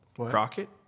Crockett